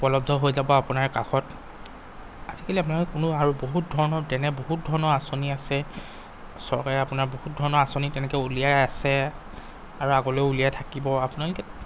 উপলব্ধ হৈ যাব আপোনাৰ কাষত আজিকালি আপোনালোকে কোনো আৰু বহুত ধৰণৰ তেনে বহুত ধৰণৰ আঁচনি আছে চৰকাৰে আপোনাৰ বহুত ধৰণৰ আঁচনি তেনেকৈ উলিয়াই আছে আৰু আগলৈয়ো উলিয়াই থাকিব আপোনালোকে